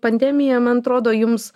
pandemija man trodo jums